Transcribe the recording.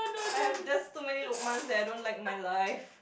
I have just too many Luqman's that I don't like my life